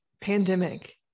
Pandemic